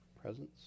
Presence